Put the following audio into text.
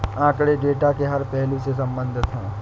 आंकड़े डेटा के हर पहलू से संबंधित है